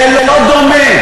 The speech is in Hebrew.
זה לא דומה.